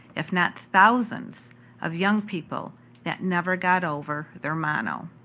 if not thousands of young people that never got over their mono.